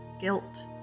guilt